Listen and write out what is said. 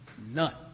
none